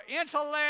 intellect